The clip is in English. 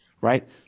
right